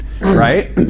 right